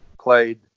played